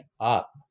up